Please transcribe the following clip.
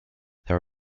there